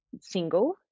single